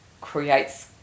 creates